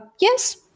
yes